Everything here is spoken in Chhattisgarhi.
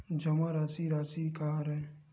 जमा राशि राशि का हरय?